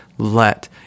Let